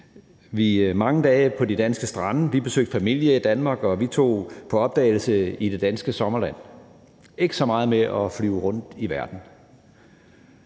vi mange dage på de danske strande. Vi besøgte familie i Danmark, og vi tog på opdagelse i det danske sommerland. Det handlede ikke så meget om at flyve rundt i verden.